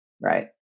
right